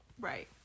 Right